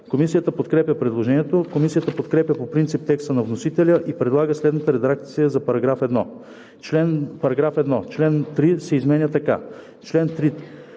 Комисията подкрепя предложението. Комисията подкрепя по принцип текста на вносителя и предлага следната редакция за § 1: „§ 1. Член 3 се изменя така: